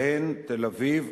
בהן תל-אביב,